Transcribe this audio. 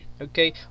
okay